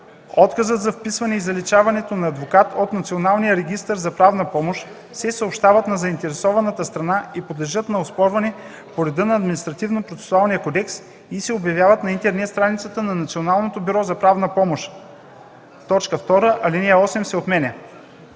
Отказът за вписване и заличаването на адвокат от Националния регистър за правна помощ се съобщават на заинтересованата страна и подлежат на оспорване по реда на Административнопроцесуалния кодекс и се обявяват на интернет страницата на Националното бюро за правна помощ.” 2. Алинея 8 се отменя.”